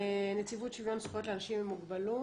נציבות שוויון זכויות לאנשים עם מוגבלות.